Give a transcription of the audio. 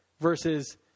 versus